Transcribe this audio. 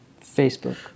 Facebook